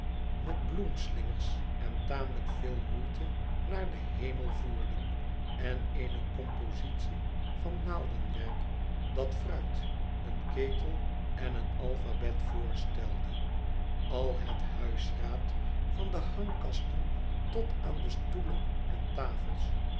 met bloemslingers en tamelijk veel moeite naar den hemel voerden en eene compositie van naaldenwerk dat fruit een ketel en een alphabet voorstelde al het huisraad van de hangkasten tot aan de stoelen en tafels